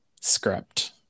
script